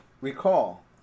Recall